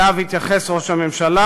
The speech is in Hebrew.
שאליו התייחס ראש הממשלה,